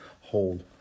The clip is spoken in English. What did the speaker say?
hold